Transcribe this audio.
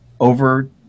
over